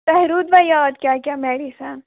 تۅہہِ روٗد وا یاد کیٛاہ کیٛاہ میڈِسن